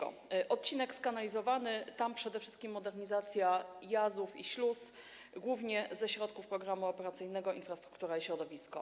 Odcinek skanalizowany - chodzi przede wszystkim o modernizację jazów i śluz, finansowaną głównie ze środków Programu Operacyjnego „Infrastruktura i środowisko”